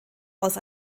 aus